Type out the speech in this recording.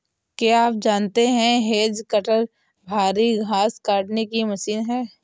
क्या आप जानते है हैज कटर भारी घांस काटने की मशीन है